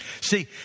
See